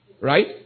Right